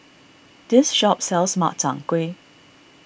this shop sells Makchang Gui